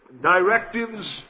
directives